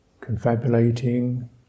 confabulating